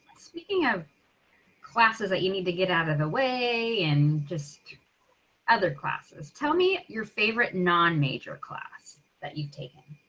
speaking of classes that you need to get out of the way and just other classes. tell me your favorite non major class that you take and